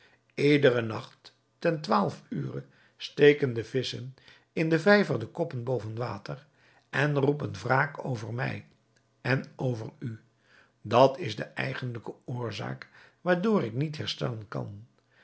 iederen nacht ten twaalf ure steken die visschen in den vijver de koppen boven water en roepen wraak over mij en over u dat is de eigentlijke oorzaak waardoor ik niet herstellen kan